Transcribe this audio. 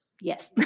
yes